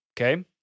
Okay